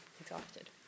exhausted